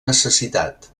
necessitat